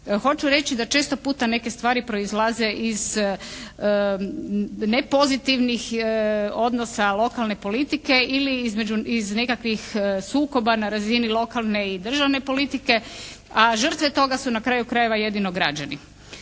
Hoću reći da često puta neke stvari proizlaze iz nepozitivnih odnosa lokalne politike ili iz nekakvih sukoba na razini lokalne i državne politike, a žrtve toga su na kraju krajeva jedino građani.